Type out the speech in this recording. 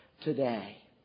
today